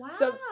Wow